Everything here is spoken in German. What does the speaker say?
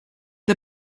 der